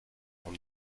from